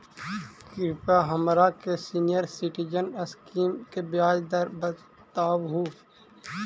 कृपा हमरा के सीनियर सिटीजन स्कीम के ब्याज दर बतावहुं